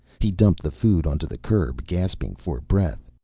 he dumped the food onto the curb, gasping for breath.